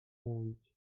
mówić